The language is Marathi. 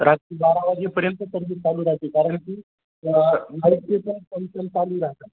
रात्री बारा वाजेपर्यंत सर्विस चालू राहते कारण की बाहेरचेपण फंक्शन चालू राहतात